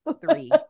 three